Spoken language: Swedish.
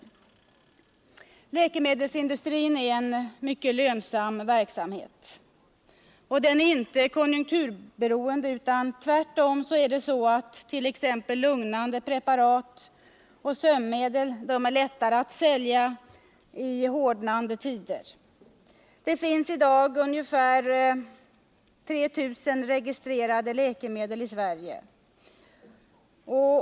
Läkemedelsindustrin är en mycket lönsam verksamhet. Den är inte konjunkturberoende, utan tvärtom är det så att t.ex. lugnande preparat och sömnmedel är lättare att ”sälja” under hårdnande tider. Det finns i dag ungefär 3 000 registrerade läkemedel i Sverige.